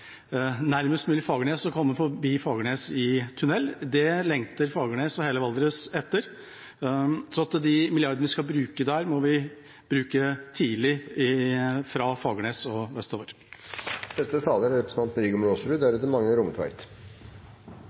nærmest mulig Fagernes og komme forbi Fagernes i tunnel. Det lengter Fagernes og hele Valdres etter. Så de milliardene vi skal bruke der, må vi bruke tidlig fra Fagernes og